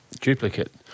duplicate